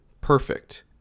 perfect